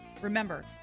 remember